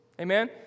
Amen